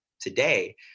today